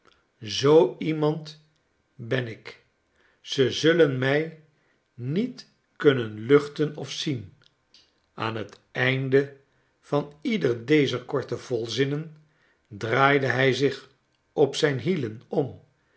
zoo iemand ben ik ze zullen mij niet kunnen luchten of zien aan j t einde van ieder dezer korte volzinnen draaide hij zich op zijn hielen om